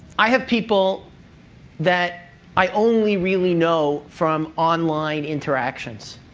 i have people that i only really know from online interactions.